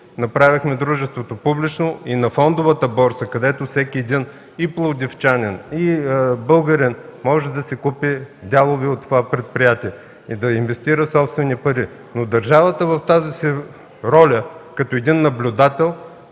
направихме дружеството публично и на фондовата борса всеки един пловдивчанин, българин може да си купи дялове от това предприятие и да инвестира собствени пари. Но държавата е в ролята на един наблюдател